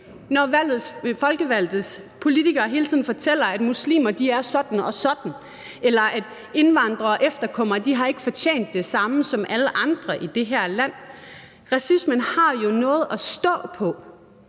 folkevalgte politikere hele tiden fortæller, at muslimer er sådan og sådan, eller at indvandrere og efterkommere ikke har fortjent det samme som alle andre i det her land. Racismen har jo noget at stå på,